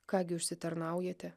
ką gi užsitarnaujate